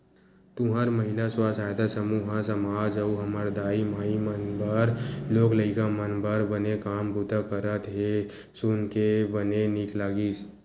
तुंहर महिला स्व सहायता समूह ह समाज अउ हमर दाई माई मन बर लोग लइका मन बर बने काम बूता करत हे सुन के बने नीक लगिस